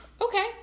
Okay